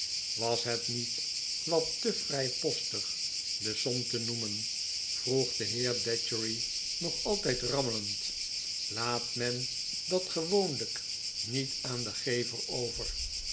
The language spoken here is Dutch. was net niet wat te yrijpostig de som te noemen vroeg de heer datchery nog altyd rammelend laat men dat gewoonlijk niet aan den gever over